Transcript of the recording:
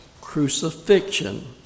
crucifixion